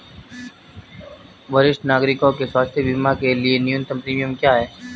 वरिष्ठ नागरिकों के स्वास्थ्य बीमा के लिए न्यूनतम प्रीमियम क्या है?